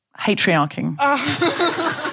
hatriarching